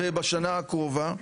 ובשנה הקרובה,